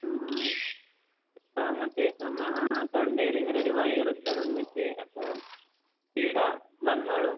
ആ ഇപ്പോൾ അങ്ങനത്തെ ചുമ ആ തൊണ്ടയിൽ ഇങ്ങനെ ഒരു വൈറസ് നിന്നിട്ട് അപ്പോൾ ഇവിടെ വന്നോളൂ